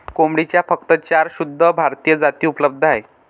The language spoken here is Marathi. कोंबडीच्या फक्त चार शुद्ध भारतीय जाती उपलब्ध आहेत